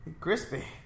Crispy